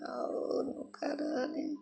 और कर लिन